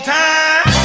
time